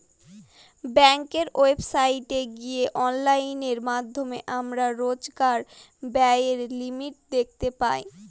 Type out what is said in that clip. ব্যাঙ্কের ওয়েবসাইটে গিয়ে অনলাইনের মাধ্যমে আমরা রোজকার ব্যায়ের লিমিট দেখতে পাই